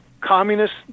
communist